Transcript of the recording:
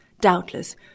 doubtless